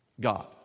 God